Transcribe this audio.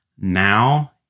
Now